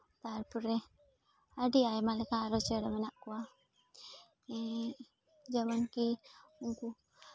ᱛᱟᱨᱯᱚᱨᱮ ᱟᱹᱰᱤ ᱟᱭᱢᱟ ᱞᱮᱠᱟᱱ ᱟᱨᱚ ᱪᱮᱬᱮ ᱢᱮᱱᱟᱜ ᱠᱟᱣᱟ ᱡᱮᱢᱚᱱᱠᱤ ᱩᱱᱠᱩ